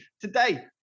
Today